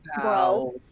bro